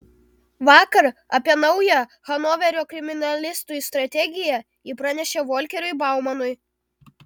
vakar apie naują hanoverio kriminalistų strategiją ji pranešė volkeriui baumanui